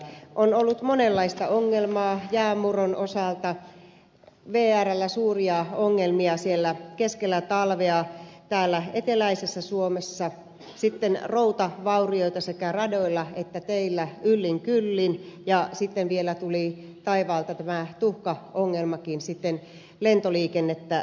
on ollut monenlaista ongelmaa jäänmurron osalta vrllä suuria ongelmia keskellä talvea täällä eteläisessä suomessa sitten routavaurioita sekä radoilla että teillä yllin kyllin ja sitten vielä tuli taivaalta tämä tuhkaongelmakin lentoliikennettä sotkemaan